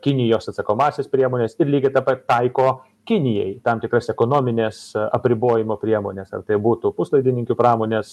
kinijos atsakomąsias priemones ir lygiai tą pa taiko kinijai tam tikras ekonomines apribojimo priemones ar tai būtų puslaidininkių pramonės